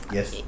Yes